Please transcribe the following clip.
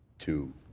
to